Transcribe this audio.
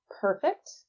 perfect